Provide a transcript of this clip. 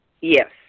Yes